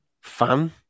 fan